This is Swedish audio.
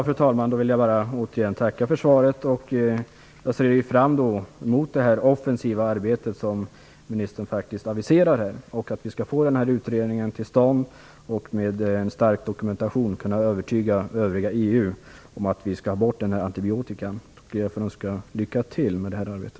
Fru talman! Jag vill bara återigen tacka för svaret. Jag ser fram emot det offensiva arbete som ministern faktiskt aviserar och emot att vi skall få denna utredning genomförd, så att vi med en stark dokumentation skall kunna övertyga det övriga EU om att få bort den här antibiotikaanvändningen. Jag ber att få önska lycka till med detta arbete.